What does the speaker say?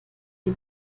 die